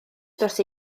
dros